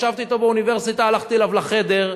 ישבתי אתו באוניברסיטה, הלכתי אליו לחדר,